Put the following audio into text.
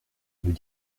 nous